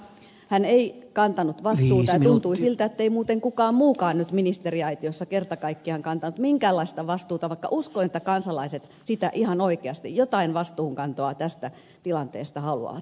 hän ei kantanut vastuuta ja tuntuu siltä että ei muuten kukaan muukaan nyt ministeriaitiossa kerta kaikkiaan kantanut minkäänlaista vastuuta vaikka uskon että kansalaiset ihan oikeasti jotain vastuunkantoa tästä tilanteesta haluavat